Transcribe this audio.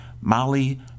Molly